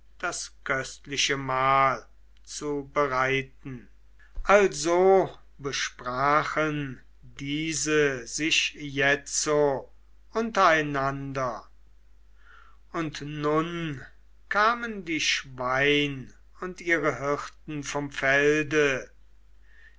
das köstliche mahl zu bereiten also besprachen diese sich jetzo untereinander und nun kamen die schwein und ihre hirten vom felde